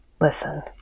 Listen